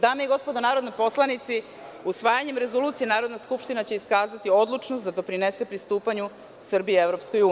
Dame i gospodo narodni poslanici, usvajanjem rezolucije Narodna skupština će iskazati odlučnost da doprinese pristupanju Srbije EU.